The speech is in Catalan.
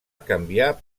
canviar